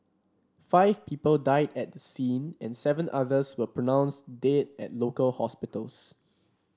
five people died at the scene and seven others were pronounced dead at local hospitals